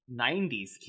90s